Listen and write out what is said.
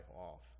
off